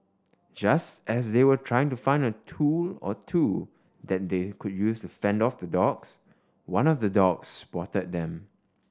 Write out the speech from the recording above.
just as they were trying to find a tool or two that they could use to fend off the dogs one of the dogs spotted them